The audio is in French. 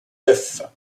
d’œufs